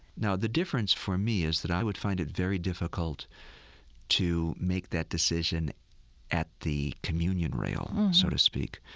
now, the difference for me is that i would find it very difficult to make that decision at the communion rail, so to speak.